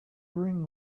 bring